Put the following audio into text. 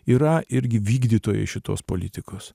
yra irgi vykdytojai šitos politikos